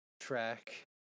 track